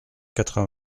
quatre